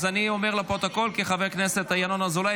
אז אני אומר לפרוטוקול כי חבר הכנסת ינון אזולאי